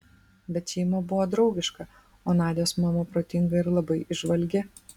bet šeima buvo draugiška o nadios mama protinga ir labai įžvalgi